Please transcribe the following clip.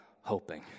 hoping